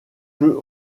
peut